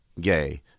gay